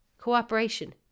cooperation